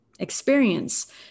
experience